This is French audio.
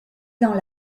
dans